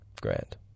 grand